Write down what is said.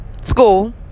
school